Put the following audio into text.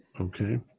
Okay